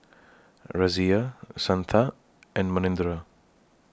Razia Santha and Manindra